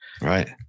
Right